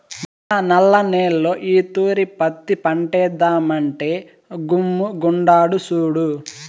మా నల్ల నేల్లో ఈ తూరి పత్తి పంటేద్దామంటే గమ్ముగుండాడు సూడు